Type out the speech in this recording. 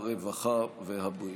הרווחה והבריאות.